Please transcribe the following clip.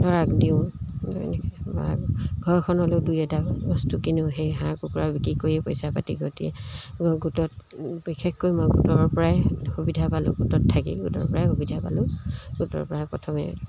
দৰৱ দিওঁ বা ঘৰখনলৈও দুই এটা বস্তু কিনো সেই হাঁহ কুকুৰা বিক্ৰী কৰিয়ে পইচা পাতি ঘটিয়ে মই গোটত বিশেষকৈ মই গোটৰ পৰাই সুবিধা পালোঁ গোটত থাকি গোটৰ পৰাই সুবিধা পালোঁ গোটৰ পৰাই প্ৰথমে